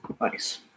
Nice